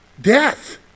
Death